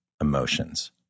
emotions